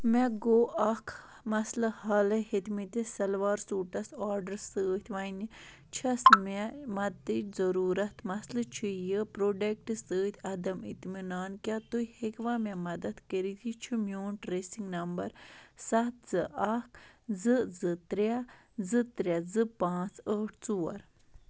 مےٚ گوٚو اَکھ مسلہٕ حالٕے ہٮ۪تھمٔتِس سَلوار سوٗٹَس آرڈرٕ سۭتۍ وَنہِ چھَس مےٚ مدتٕچ ضروٗرَتھ مسلہٕ چھُ یہِ پروڈکٹ سۭتۍ عدم اطمنان کیٛاہ تُہۍ ہٮ۪کہِوا مےٚ مدتھ کٔرِتھ یہِ چھُ میون ٹرٛیسِنٛگ نمبَر سَتھ زٕ اَکھ زٕ زٕ ترٛےٚ زٕ ترٛےٚ زٕ پانٛژھ ٲٹھ ژور